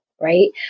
right